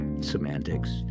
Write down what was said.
semantics